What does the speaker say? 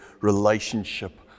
relationship